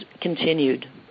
continued